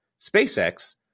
SpaceX